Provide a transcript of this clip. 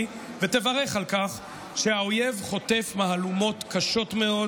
ותברך על כך שהאויב חוטף מהלומות קשות מאוד.